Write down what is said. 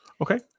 Okay